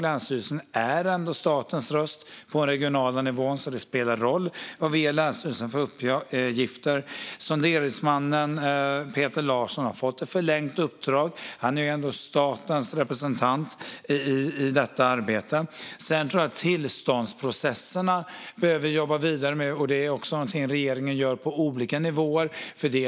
Länsstyrelsen är ändå statens röst på den regionala nivån, så det spelar roll vad vi ger länsstyrelsen för uppgifter. Sonderingsmannen Peter Larsson har fått ett förlängt uppdrag. Han är ändå statens representant i detta arbete. Sedan tror jag att vi behöver jobba vidare med tillståndsprocesserna. Det är också någonting regeringen gör på olika nivåer.